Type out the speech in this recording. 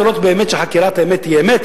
לראות באמת שחקירת האמת תהיה אמת,